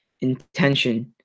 intention